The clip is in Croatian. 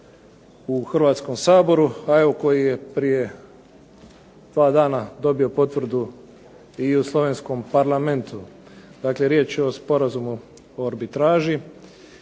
u Hrvatskom saboru, a evo koji je prije dva dana dobio potvrdu i u slovenskom parlamentu. Dakle, riječ je o Sporazumu o arbitraži